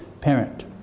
parent